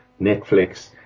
Netflix